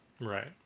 Right